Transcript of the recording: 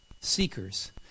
Seekers